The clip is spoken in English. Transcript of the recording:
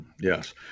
Yes